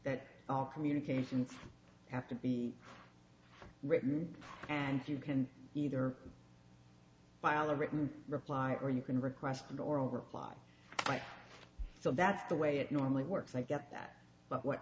that all communications have to be written and you can either buy a written reply or you can request an oral reply so that's the way it normally works like that but what